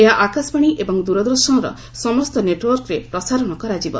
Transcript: ଏହା ଆକାଶବାଣୀ ଏବଂ ଦୂରଦର୍ଶନର ସମସ୍ତ ନେଟ୍ୱର୍କରେ ପ୍ରସାରଣ କରାଯିବ